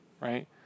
right